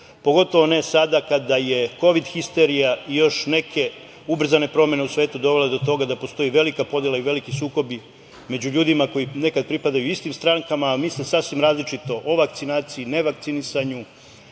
pogotovo ne sada kada je kovid histerija i još neke ubrzane promene u svetu dovele do toga da postoji velika podela i veliki sukobi među ljudima koji nekada pripadaju istim strankama, a misle sasvim različito o vakcinaciji, nevakcinisanju,